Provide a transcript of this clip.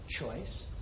choice